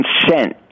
consent